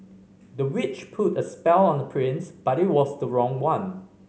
the witch put a spell on the prince but it was the wrong one